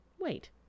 Wait